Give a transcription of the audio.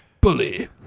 Bully